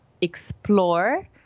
explore